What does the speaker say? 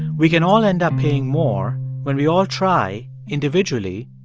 we can all end up paying more when we all try, individually,